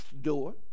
door